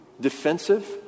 defensive